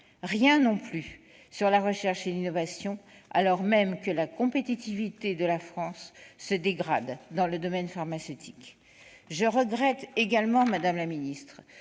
rien non plus sur la recherche et l'innovation, alors même que la compétitivité de la France se dégrade dans le domaine pharmaceutique. Madame la ministre,